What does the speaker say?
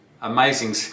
amazing